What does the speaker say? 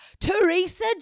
Teresa